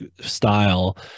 style